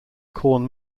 corn